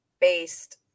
based